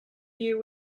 you